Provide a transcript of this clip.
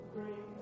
Bring